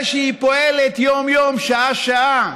היא פועלת יום-יום, שעה-שעה,